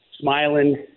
smiling